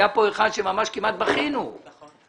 היה כאן אחד שממש כמעט בכינו אתו,